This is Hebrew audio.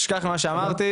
תשכח ממה שאמרתי,